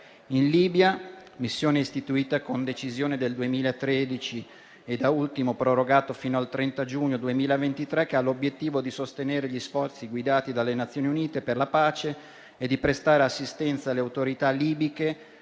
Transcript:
in Libia, istituita con decisione del 2013 e da ultimo prorogata fino al 30 giugno 2023, che ha l'obiettivo di sostenere gli sforzi guidati dalle Nazioni Unite per la pace e di prestare assistenza alle autorità libiche